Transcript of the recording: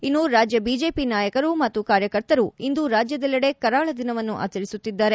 ಇನ್ನು ರಾಜ್ಯ ಬಿಜೆಪಿ ನಾಯಕರು ಮತ್ತು ಕಾರ್ಯಕರ್ತರು ಇಂದು ರಾಜ್ಯದಲ್ಲೆಡೆ ಕರಾಳ ದಿನವನ್ನು ಆಚರಿಸುತ್ತಿದ್ದಾರೆ